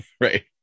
right